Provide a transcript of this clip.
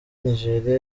nigeria